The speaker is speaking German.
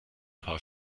paar